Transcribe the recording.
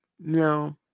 No